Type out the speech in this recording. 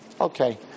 Okay